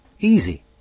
Easy